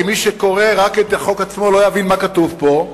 כי מי שקורא רק את החוק עצמו לא יבין מה כתוב פה: